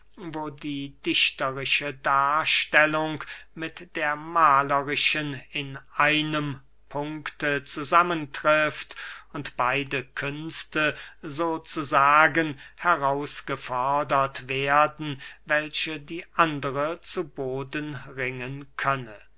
die dichterische darstellung mit der mahlerischen in einem punkte zusammentrifft und beide künste so zu sagen herausgefordert werden welche die andere zu boden ringen könne